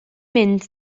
mynd